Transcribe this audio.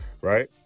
Right